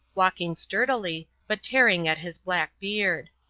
walking sturdily, but tearing at his black beard.